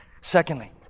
Secondly